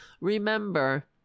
Remember